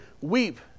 weep